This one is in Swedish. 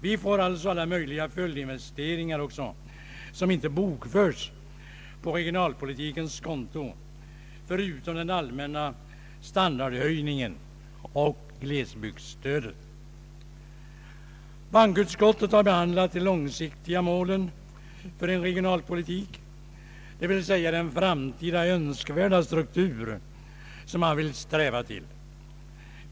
Vi får alltså alla möjliga följdinvesteringar också, som inte bokförs på regionalpolitikens konto, förutom den allmänna standardhöjningen och glesbygdsstödet. Bankoutskottet har behandlat de långsiktiga målen för en regionalpolitik — d.v.s. den framtida önskvärda struktur som man vill sträva efter.